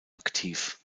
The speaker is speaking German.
aktiv